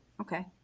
Okay